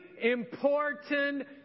important